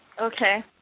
Okay